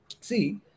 See